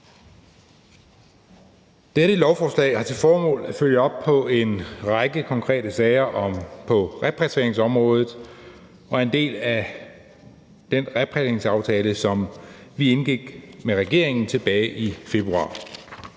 Dette lovforslag har til formål at følge op på en række konkrete sager på repatrieringsområdet og er en del af den repatrieringsaftale, som vi indgik med regeringen tilbage i februar.